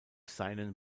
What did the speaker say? seinen